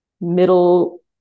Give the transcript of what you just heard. middle